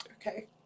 okay